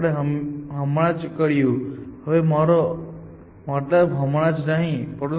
Dijkstra એલ્ગોરિધમમાં જ્યારે એકવાર તે માર્ગને રંગે છે અથવા એકવાર તેઓ તેને કલોઝ મૂકે ત્યારે તે હંમેશાં શ્રેષ્ઠ માર્ગ શોધી કાઢે છે